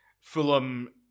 Fulham